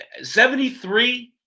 73